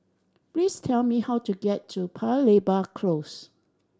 please tell me how to get to Paya Lebar Close